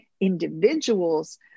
individuals